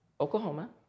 Oklahoma